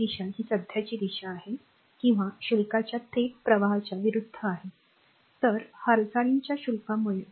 हे खरंच कन्वेंशन आहे जर आपण हे कन्वेंशन पाहिले कन्वेंशन म्हणजे चालू प्रवाह घेणे आहे किंवा सकारात्मक शुल्काची हालचाल ही नकारात्मक शुल्काच्या प्रवाहाच्या विरुद्ध आहे जी आकृती 1